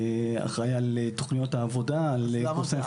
אחראי על תוכניות העבודה, על קורסי מפקחים.